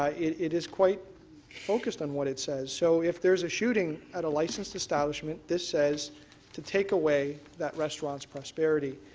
ah it it is quite focused on what it says. so if there's a shooting at a licensed establish. this says to take away that restaurant's prosperity.